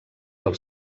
pel